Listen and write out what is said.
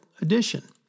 edition